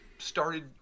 started